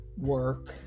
work